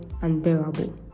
unbearable